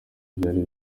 byari